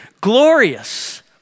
glorious